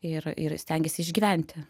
ir ir stengiasi išgyventi